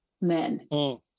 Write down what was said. men